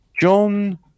John